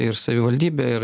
ir savivaldybė ir